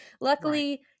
Luckily